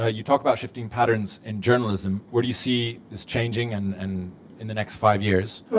ah you talk about shifting patterns in journalism. where do you see this changing and and in the next five years?